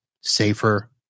safer